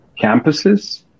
campuses